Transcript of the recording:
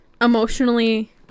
emotionally